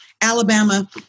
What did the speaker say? Alabama